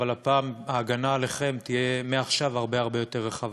אבל ההגנה עליכם תהיה מעכשיו הרבה הרבה יותר רחבה.